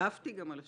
ננזפתי גם על השאלה.